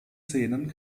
szenen